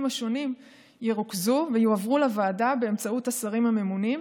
השונים ירוכזו ויועברו לוועדה באמצעות השרים הממונים,